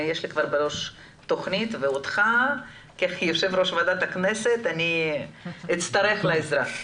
יש לי כבר בראש תכנית ואותך כיו"ר ועדת הכנסת אני אצטרך לעזרה.